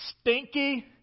stinky